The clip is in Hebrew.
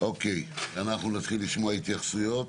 נתחיל לשמוע התייחסויות.